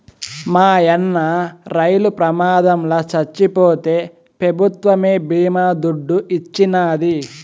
మాయన్న రైలు ప్రమాదంల చచ్చిపోతే పెభుత్వమే బీమా దుడ్డు ఇచ్చినాది